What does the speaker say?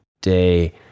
Day